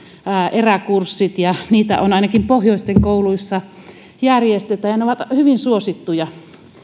eräkurssit valinnaiskursseina niitä ainakin pohjoisen kouluissa järjestetään ja ne ovat hyvin suosittuja